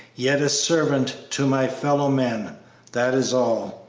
yet a servant to my fellow-men that is all.